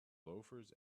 loafers